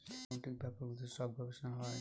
accounting ব্যাপারগুলোতে সব গবেষনা হয়